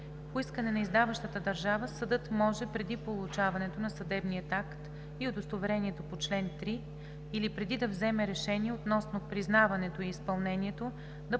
по искане на издаващата държава съдът може преди получаването на съдебния акт и удостоверението по чл. 3 или преди да вземе решение относно признаването и изпълнението